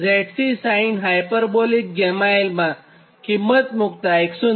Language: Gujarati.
B ZC sinh 𝛾l માં બધી કિંમત મુક્તાં 109 72